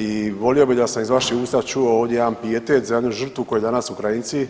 I volio bih da sam iz vaših usta čuo jedan pijetet za jednu žrtvu koju danas Ukrajinci